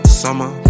summer